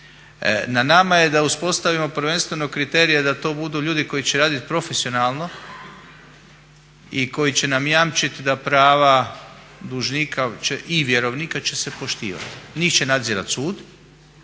Na nama je da uspostavimo prvenstveno kriterije da to budu ljudi koji će raditi profesionalno i koji će nam jamčiti da prava dužnika i vjerovnika će se poštivati. Njih će nadzirati sud,